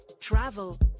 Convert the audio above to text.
travel